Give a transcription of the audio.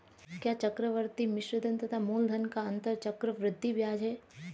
क्या चक्रवर्ती मिश्रधन तथा मूलधन का अंतर चक्रवृद्धि ब्याज है?